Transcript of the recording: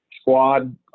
Squad